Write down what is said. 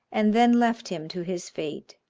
and then left him to his fate